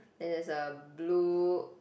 and there's a blue